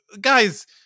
Guys